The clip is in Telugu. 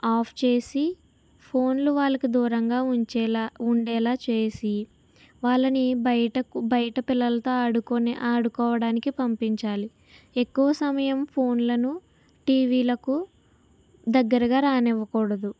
ఆఫ్ చేసి ఫోన్లు వాళ్ళకి దూరంగా ఉంచేలా ఉండేలా చేసి వాళ్ళని బయటకు బయట పిల్లలతో ఆడుకునే ఆడుకోవడానికి పంపించాలి ఎక్కువ సమయం ఫోన్లను టీవీలకు దగ్గరగా రానివ్వకూడదు